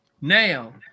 now